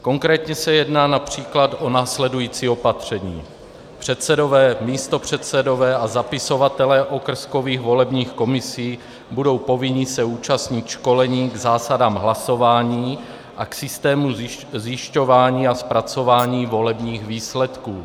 Konkrétně se jedná např. o následující opatření: Předsedové, místopředsedové a zapisovatelé okrskových volebních komisí budou povinni se účastnit školení k zásadám hlasování a k systému zjišťování a zpracování volebních výsledků.